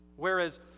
Whereas